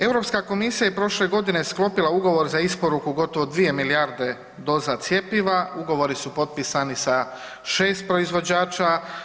EU komisija je prošle godine sklopila ugovor za isporuku gotovo 2 milijarde doza cjepiva, ugovori su potpisani sa 6 proizvođača.